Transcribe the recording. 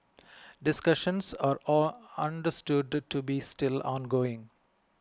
discussions are all understood to be still ongoing